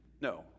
No